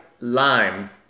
Lime